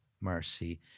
mercy